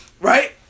right